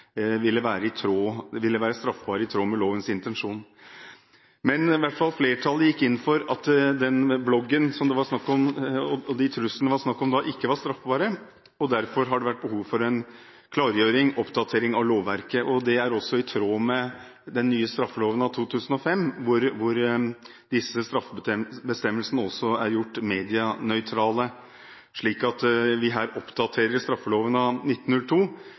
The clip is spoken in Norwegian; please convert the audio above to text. ville begrepet omfatte noe bredere, slik at også ytringer på Internett ville være straffbare, i tråd med lovens intensjon. Flertallet gikk i hvert fall inn for at bloggen og truslene det var snakk om, ikke var straffbare, og derfor har det vært behov for en klargjøring og oppdatering av lovverket. Det er også i tråd med den nye straffeloven av 2005, hvor disse straffebestemmelsene er gjort medienøytrale, slik at vi oppdaterer straffeloven av